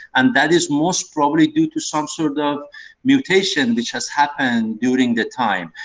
and that is most probably due to some sort of mutation which has happened during the time.